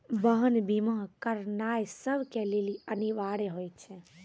वाहन बीमा करानाय सभ के लेली अनिवार्य होय छै